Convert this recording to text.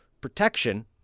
protection